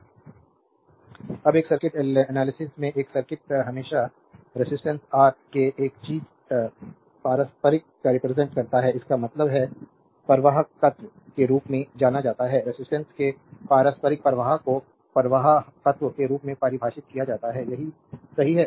slide time देखें 1850 अब एक सर्किट एनालिसिस में एक सर्किट हमेशा रेजिस्टेंस आर के एक चीज पारस्परिक का रिप्रेजेंट करता है इसका मतलब है प्रवाहकत्त्व के रूप में जाना जाता है रेजिस्टेंस के पारस्परिक प्रवाह को प्रवाहकत्त्व के रूप में परिभाषित किया गया है सही है